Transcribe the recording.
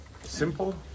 Simple